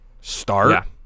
Start